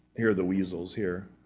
here are the weasels here,